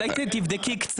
אולי תבדקי קצת.